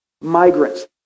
migrants